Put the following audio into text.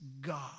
God